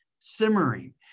simmering